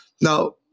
Now